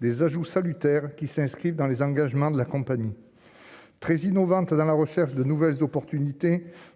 des ajouts salutaire qui s'inscrit dans les engagements de la compagnie. Très innovantes dans la recherche de nouvelles opportunités